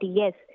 yes